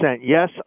yes